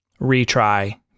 retry